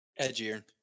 edgier